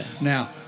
now